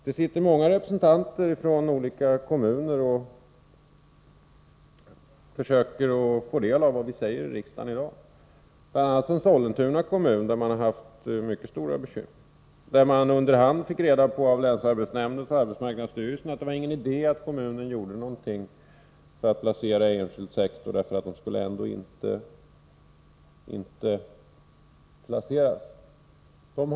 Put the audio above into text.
Det sitter många representanter från olika kommuner och försöker ta del av vad vi säger i riksdagen i dag — bl.a. från Sollentuna kommun, där man har haft mycket stora bekymmer och där man under hand av länsarbetsnämnden och arbetsmarknadsstyrelsen fått reda på att det inte är någon idé för kommunen att placera ungdomar i enskild sektor, eftersom det ändå inte skulle bli någon placering där.